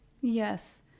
Yes